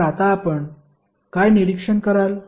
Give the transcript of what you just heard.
तर आता आपण काय निरीक्षण कराल